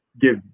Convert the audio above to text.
give